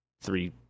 three –